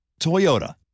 Toyota